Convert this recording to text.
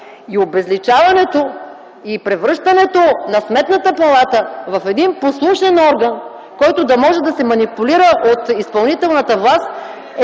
Обезличаването и превръщането на Сметната палата в един послушен орган, който да може да се манипулира от изпълнителната власт,